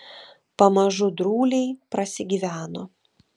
pamažu drūliai prasigyveno